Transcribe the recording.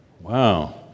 Wow